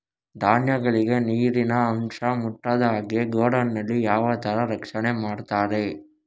ಧಾನ್ಯಗಳಿಗೆ ನೀರಿನ ಅಂಶ ಮುಟ್ಟದ ಹಾಗೆ ಗೋಡೌನ್ ನಲ್ಲಿ ಯಾವ ತರ ರಕ್ಷಣೆ ಮಾಡ್ತಾರೆ?